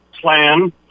plan